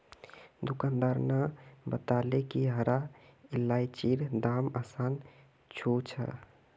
दुकानदार न बताले कि हरा इलायचीर दाम आसमान छू छ